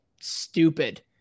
stupid